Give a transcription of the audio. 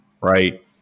Right